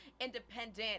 independent